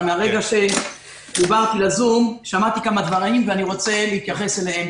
אבל מהרגע שחוברתי לזום שמעתי כמה דברים ואני רוצה להתייחס אליהם,